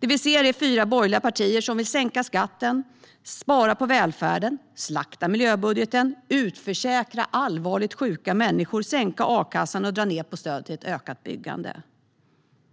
Det vi ser är fyra borgerliga partier som vill sänka skatten, spara på välfärden, slakta miljöbudgeten, utförsäkra allvarligt sjuka människor, sänka a-kassan och dra ned på stödet till ett ökat byggande.